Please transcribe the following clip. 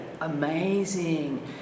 amazing